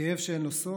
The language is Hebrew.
כאב שאין לו סוף,